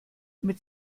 mit